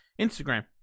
Instagram